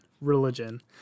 religion